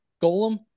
Golem